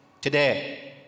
today